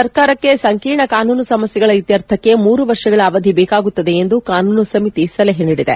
ಸರ್ಕಾರಕ್ಕೆ ಸಂಕೀರ್ಣ ಕಾನೂನು ಸಮಸ್ಥೆಗಳ ಇತ್ತರ್ಥಕ್ಕೆ ಮೂರು ವರ್ಷಗಳ ಅವಧಿ ಬೇಕಾಗುತ್ತದೆ ಎಂದು ಕಾನೂನು ಸಮಿತಿ ಸಲಹೆ ನೀಡಿದೆ